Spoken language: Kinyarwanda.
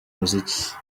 muziki